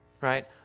right